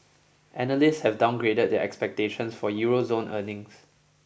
analysts have downgraded their expectations for Euro zone earnings